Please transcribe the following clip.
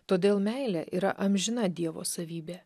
todėl meilė yra amžina dievo savybė